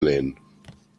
lehnen